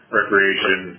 recreation